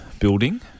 building